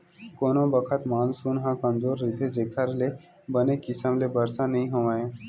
कोनो बखत मानसून ह कमजोर रहिथे जेखर ले बने किसम ले बरसा नइ होवय